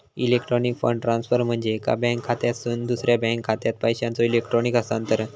electronic fund transfer म्हणजे एका bank खात्यातसून दुसरा बँक खात्यात पैशांचो इलेक्ट्रॉनिक हस्तांतरण